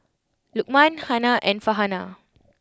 Lukman Hana and Farhanah